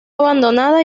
abandonada